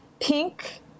pink